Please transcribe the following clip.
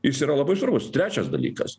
jis yra labai svarbus trečias dalykas